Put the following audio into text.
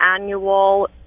annual